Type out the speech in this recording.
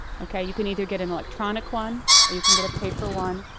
okay? you can either get an electronic one or you can get a paper one.